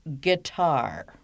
Guitar